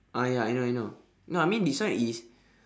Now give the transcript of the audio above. ah ya I know I know no I mean this one is